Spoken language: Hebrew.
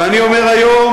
ואני אומר היום,